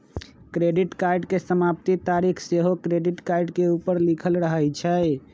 credit card के समाप्ति तारिख सेहो क्रेडिट कार्ड के ऊपर लिखल रहइ छइ